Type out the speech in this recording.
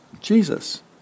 Jesus